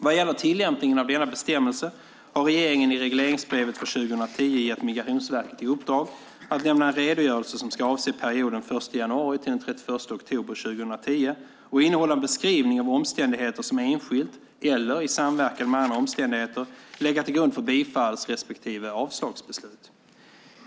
Vad gäller tillämpningen av denna bestämmelse har regeringen i regleringsbrevet för 2010 gett Migrationsverket i uppdrag att lämna en redogörelse som ska avse perioden 1 januari-31 oktober 2010 och innehålla en beskrivning av omständigheter som enskilt eller i samverkan med andra omständigheter legat till grund för bifalls respektive avslagsbeslut.